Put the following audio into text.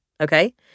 okay